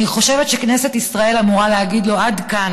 אני חושבת שכנסת ישראל אמורה להגיד לו: עד כאן,